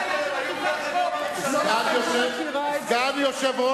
בממשלה שלך לא היתה שום בעיה של אכיפת החוק.